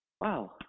wow